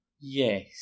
Yes